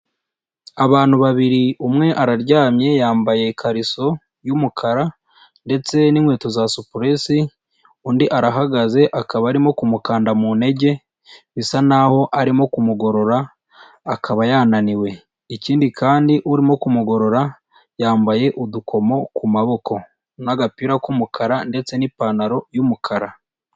Abantu babiri umwe araryamye yambaye ikariso y'umukara ndetse n'inkweto za supurese, undi arahagaze akaba arimo kumukanda mu ntege, bisa naho arimo ku mugorora, akaba yananiwe, ikindi kandi urimo ku mugorora yambaye udukomo ku maboko n'agapira k'umukara ndetse n'ipantaro y'umukara.